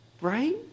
Right